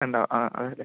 ഉണ്ടാവും ആ ആ അല്ലേ